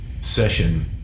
session